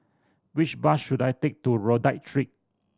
which bus should I take to Rodyk Street